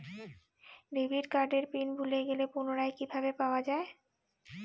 Debit কার্ডের PIN ভুলে গেলে পুনরায় কিভাবে পাওয়া য়ায়?